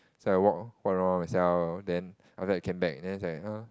so I walk oh walk around myself then after that came back then she's like !huh!